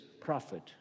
prophet